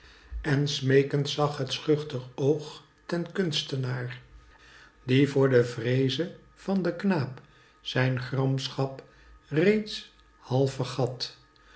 en smeekend zag het schuchter oog ten kunstnaar die voor de vreeze van den knaap zijn gramschap reeds half vergat